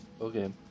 Okay